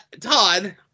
Todd